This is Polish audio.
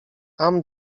tam